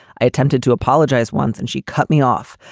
i attempted to apologise once and she cut me off.